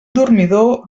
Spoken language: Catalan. dormidor